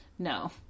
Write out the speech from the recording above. No